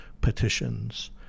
petitions